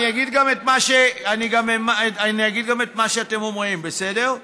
אני אגיד גם את מה שאתם אומרים, בסדר?